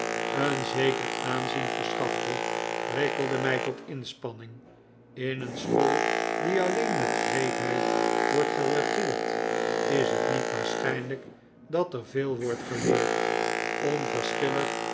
een z eker aanzien verschafte prikkelde mij tot inspanning in een school die alleen met wreedheid wordt geregeerd is het niet waarschijnlijk dat er veel wordt geleerd